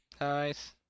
Nice